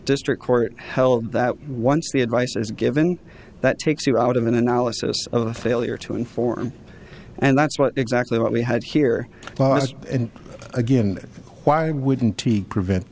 district court held that once the advice is given that takes you out of an analysis of a failure to inform and that's what exactly what we had here and again why wouldn't he prevent